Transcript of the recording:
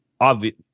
obvious